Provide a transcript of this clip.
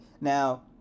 Now